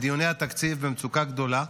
לדיוני התקציב במצוקה גדולה,